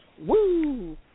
woo